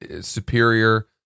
superior